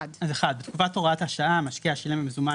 בתקופת הוראת השעה המשקיע שילם במזומן